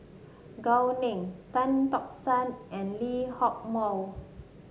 Gao Ning Tan Tock San and Lee Hock Moh